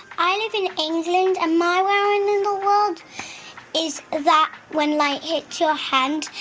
i live in england, and my wowing in the world is that when light hits your hand,